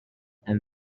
and